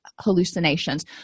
hallucinations